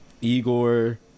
Igor